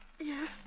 Yes